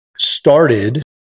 started